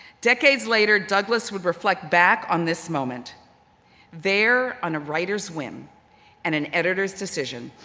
decades later, douglas would reflect back on this moment there, on a writer's whim and an editor's decision,